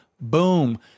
boom